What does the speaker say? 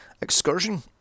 excursion